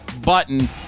button